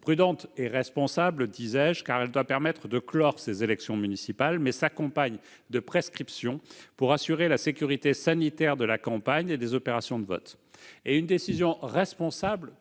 Prudente et responsable », disais-je, car cette décision doit permettre de clore ces élections municipales, mais s'accompagne de prescriptions destinées à assurer la sécurité sanitaire de la campagne et des opérations de vote. S'il s'agit d'une décision responsable,